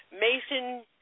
Mason